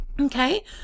okay